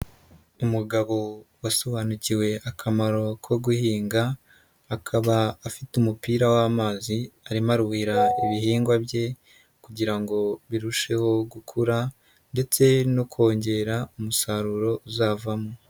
Umugabo wasobanukiwe akamaro ko guhinga, akaba afite umupira w'amazi arimo aruhira ibihingwa bye kugira ngo birusheho gukura ndetse no kongera umusaruro uzavamo.